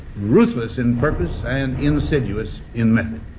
ruthless in purpose and insidious in method.